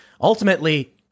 ultimately